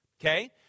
Okay